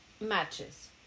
matches